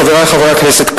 חברי חברי הכנסת,